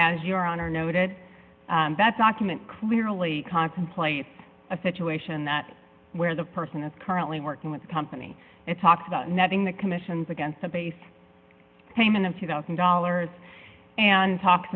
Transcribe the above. as your honor noted that document clearly contemplates a situation that where the person is currently working with the company it talks about netting the commissions against the base payment of two thousand dollars and talks